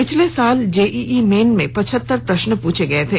पिछले साल JEE main में पचहतर प्रश्न पूछे गये थे